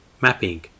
mapping